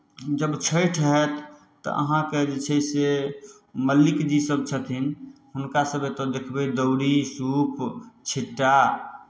जब छठि हएत तऽ अहाँके जे छै से मल्लिकजी सभ छथिन हुनकासभ एतय देखबै दौरी सूप छिट्टा